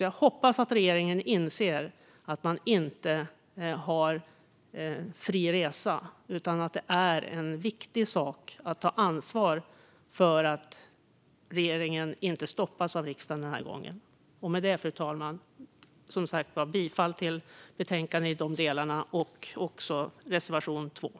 Jag hoppas att regeringen inser att man inte har fri resa utan att det är viktigt att ta ansvar för att regeringen inte stoppas av riksdagen den här gången. Med det, fru talman, yrkar jag som sagt bifall till reservation 2 och till utskottets förslag i övriga delar.